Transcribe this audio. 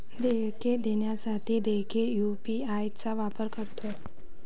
देयके देण्यासाठी देखील यू.पी.आय चा वापर करतो